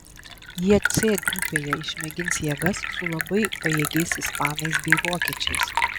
jie c grupėje išmėgins jėgas su labai pajėgiais ispanais bei vokiečiais